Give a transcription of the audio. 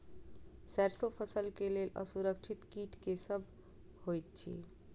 सैरसो फसल केँ लेल असुरक्षित कीट केँ सब होइत अछि?